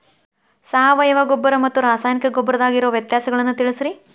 ಸಾವಯವ ಗೊಬ್ಬರ ಮತ್ತ ರಾಸಾಯನಿಕ ಗೊಬ್ಬರದಾಗ ಇರೋ ವ್ಯತ್ಯಾಸಗಳನ್ನ ತಿಳಸ್ರಿ